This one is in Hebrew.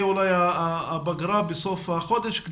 הפגרה בסוף החודש.